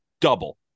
double